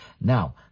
Now